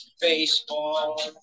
baseball